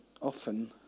often